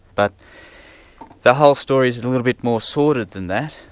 but the whole story's and a little bit more sordid than that.